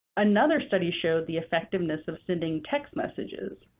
another study showed the effectiveness of sending text messages.